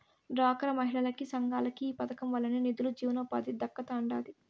డ్వాక్రా మహిళలకి, సంఘాలకి ఈ పదకం వల్లనే నిదులు, జీవనోపాధి దక్కతండాడి